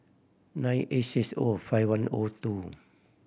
nine eight six O five one O two